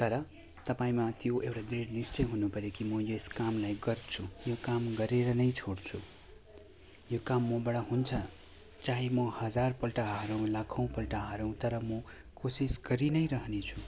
तर तपाईँमा त्यो एउटा दृढ निश्चय हुनुपऱ्यो कि मो यस कामलाई गर्छु यो काम गरेर नै छोड्छु यो काम मबाट हुन्छ चाहे म हजारपल्ट हारूँ लाखौँपल्ट हारूँ तर म कोसिस गरि नै रहनेछु